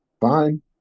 Fine